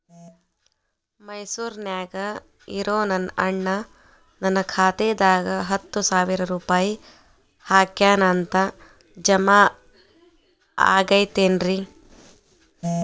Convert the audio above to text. ಮೈಸೂರ್ ನ್ಯಾಗ್ ಇರೋ ನನ್ನ ಅಣ್ಣ ನನ್ನ ಖಾತೆದಾಗ್ ಹತ್ತು ಸಾವಿರ ರೂಪಾಯಿ ಹಾಕ್ಯಾನ್ ಅಂತ, ಜಮಾ ಆಗೈತೇನ್ರೇ?